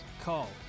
call